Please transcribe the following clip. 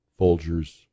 Folgers